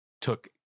took